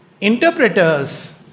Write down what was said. interpreters